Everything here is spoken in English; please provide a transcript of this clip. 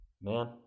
man